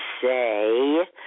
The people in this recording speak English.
say